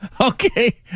Okay